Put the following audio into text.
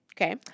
Okay